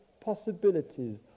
possibilities